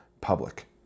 public